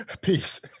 Peace